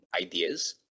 ideas